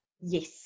Yes